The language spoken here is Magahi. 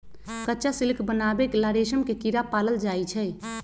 कच्चा सिल्क बनावे ला रेशम के कीड़ा पालल जाई छई